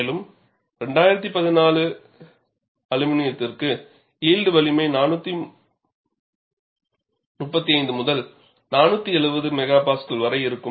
மேலும் 2014 அலுமினியத்திற்கு யில்ட் வலிமை 435 முதல் 470 MPa வரை இருக்கும்